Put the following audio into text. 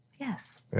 yes